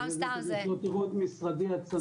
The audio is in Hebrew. זה משרדי הצנוע.